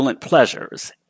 pleasures